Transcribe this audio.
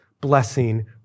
blessing